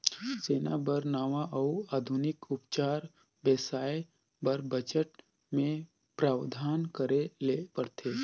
सेना बर नावां अउ आधुनिक अउजार बेसाए बर बजट मे प्रावधान करे ले परथे